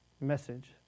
message